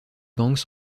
banks